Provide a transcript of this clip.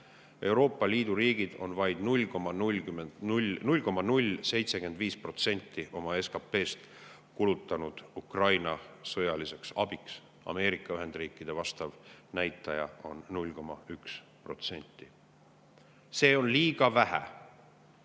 Euroopa Liidu riigid on vaid 0,075% oma SKT‑st kulutanud Ukraina sõjaliseks abiks, Ameerika Ühendriikide vastav näitaja on 0,1%. Seda on liiga vähe,